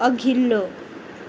अघिल्लो